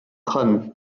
crâne